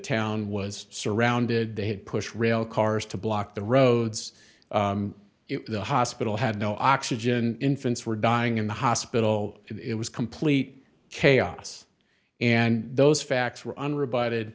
town was surrounded they had pushed rail cars to block the roads if the hospital had no oxygen infants were dying in the hospital oh it was complete chaos and those facts were an re